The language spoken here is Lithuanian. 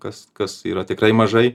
kas kas yra tikrai mažai